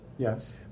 Yes